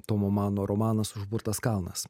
tomo mano romanas užburtas kalnas